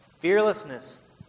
Fearlessness